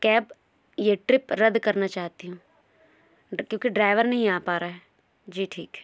cab ये trip रद्द करना चाहती हूँ क्योंकि ड्राइवर नहीं आ पा रहा है जी ठीक है